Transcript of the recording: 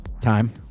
time